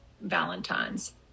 Valentine's